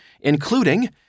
including